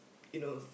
you know